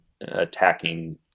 attacking